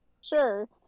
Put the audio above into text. Sure